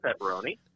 pepperoni